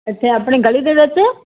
ਅੱਛਾ ਆਪਣੀ ਗਲੀ ਦੇ ਵਿੱਚ